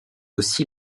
aussi